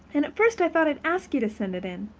and at first i thought i'd ask you to send it in.